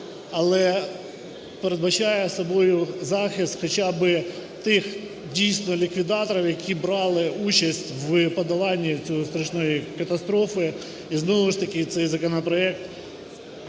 але передбачає собою захист хоча би тих дійсно ліквідаторів, які брали участь в подоланні цієї страшної катастрофи. І знову ж таки цей законопроект,